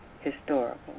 historical